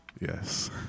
yes